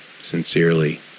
Sincerely